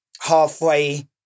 halfway